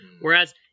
whereas